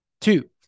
Two